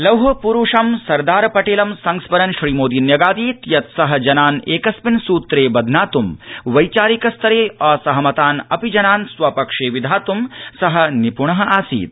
लौहप्रुष सरदार पटेलं संस्मरन् श्री मोदी न्यगादीत् यत स जनान् एकस्मिन् स्त्रे बध्नात्ं वैचारिक स्तरे असहमतान् अपि जनान् स्वपक्षे विधात्ं च निप्ण आसीत्